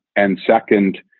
and second,